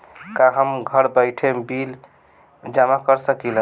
का हम घर बइठे बिल जमा कर शकिला?